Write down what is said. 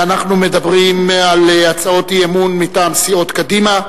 אנחנו מדברים על הצעות אי-אמון מטעם סיעות קדימה,